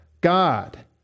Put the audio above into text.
God